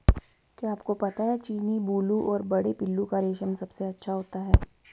क्या आपको पता है चीनी, बूलू और बड़े पिल्लू का रेशम सबसे अच्छा होता है?